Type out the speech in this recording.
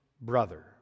brother